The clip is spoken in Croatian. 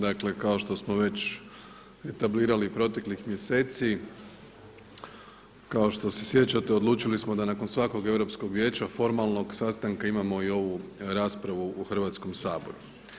Dakle, kao što smo već etablirali i proteklih mjeseci kao što se sjećate odlučili smo da nakon svakog Europskog vijeća formalnog sastanka imamo i ovu raspravu u Hrvatskom saboru.